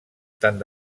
tant